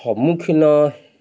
ସମ୍ମୁଖୀନ